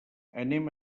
anem